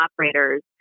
operators